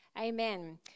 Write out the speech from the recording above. Amen